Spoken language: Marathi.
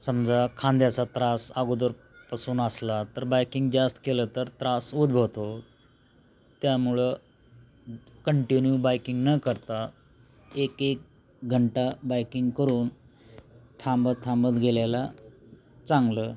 समजा खांद्याचा त्रास अगोदरपासून असला तर बायकिंग जास्त केलं तर त्रास उद्भवतो त्यामुळं कंटिन्यू बायकिंग न करता एक एक घंटा बायकिंग करून थांबत थांबत गेलेला चांगलं